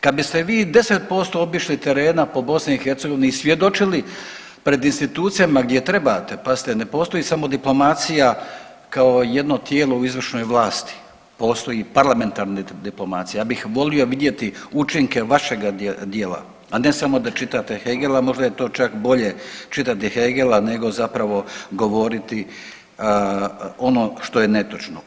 Kad biste vi 10% obišli terena po BiH i svjedočili pred institucijama gdje trebate, pazite na postoji samo diplomacija kao jedno tijelo u izvršnoj vlasti, postoji i parlamentarna diplomacija, ja bih volio vidjeti učinke vašega djela, a ne samo da čitate Hegela, možda je čak to bolje čitati Hegela nego zapravo govoriti ono što je netočno.